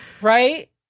right